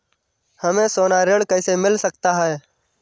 हमें सोना ऋण कैसे मिल सकता है?